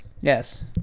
Yes